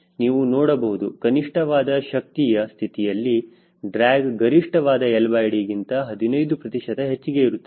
ನೀವು ನೋಡಬಹುದು ಕನಿಷ್ಠವಾದ ಶಕ್ತಿಯ ಸ್ಥಿತಿಯಲ್ಲಿ ಡ್ರ್ಯಾಗ್ ಗರಿಷ್ಠವಾದ LD ಗಿಂತ 15 ಪ್ರತಿಶತ ಹೆಚ್ಚಿಗೆ ಇರುತ್ತದೆ